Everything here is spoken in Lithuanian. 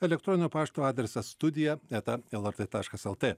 elektroninio pašto adresas studija eta lrt taškas lt